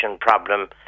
problem